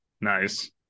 nice